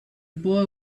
boy